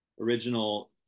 original